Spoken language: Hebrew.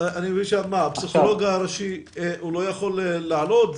הפסיכולוג הראשי לא יכול לעלות?